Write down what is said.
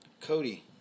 Cody